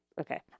okay